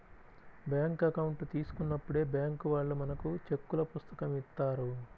bank account తీసుకున్నప్పుడే bank వాళ్ళు మనకు చెక్కుల పుస్తకం ఇత్తారు